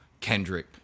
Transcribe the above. kendrick